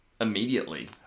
immediately